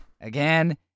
again